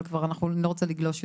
אבל אני לא רוצה לגלוש יותר.